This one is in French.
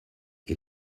est